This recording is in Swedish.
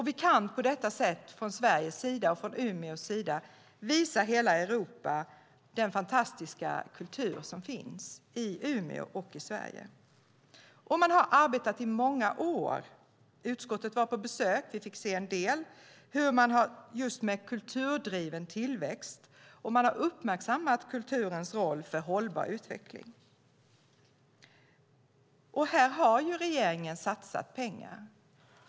Vi kan på detta sätt från Sveriges sida och från Umeås sida visa hela Europa den fantastiska kultur som finns i Umeå och i Sverige. Umeå har under många år arbetat med detta. Utskottet var på besök i Umeå, och vi fick se en del av hur man har arbetat med kulturdriven tillväxt och uppmärksammat kulturens roll för hållbar utveckling. Här har regeringen satsat pengar.